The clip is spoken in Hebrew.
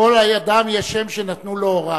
לכל אדם יש שם שנתנו לו הוריו.